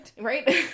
Right